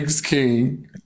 King